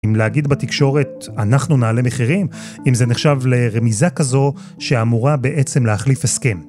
אם להגיד בתקשורת, אנחנו נעלה מחירים, אם זה נחשב לרמיזה כזו שאמורה בעצם להחליף הסכם.